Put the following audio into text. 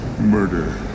murder